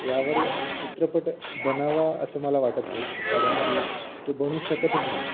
यावर चित्रपट बनावा असं मला वाटत नाही कारण की तो बनवू शकतच नाही